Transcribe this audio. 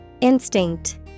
Instinct